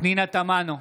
פנינה תמנו,